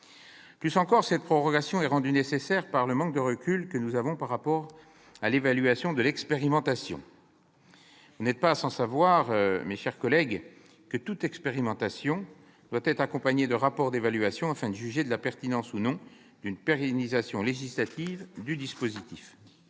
plus, cette prorogation est rendue nécessaire par le manque de recul que nous avons par rapport à l'évaluation de l'expérimentation. Vous n'êtes pas sans savoir, mes chers collègues, que toute expérimentation doit être accompagnée de rapports d'évaluation, afin que l'on puisse juger de la pertinence d'une pérennisation législative du dispositif.